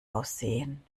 aussehen